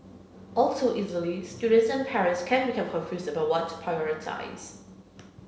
all too easily students and parents can become confused about what to prioritise